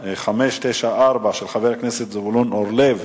חבר הכנסת נסים זאב שאל את שר הביטחון ביום כ'